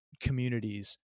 communities